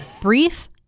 Brief